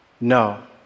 No